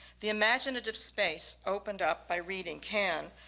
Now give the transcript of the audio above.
the imaginative space opened up by reading can,